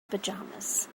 pajamas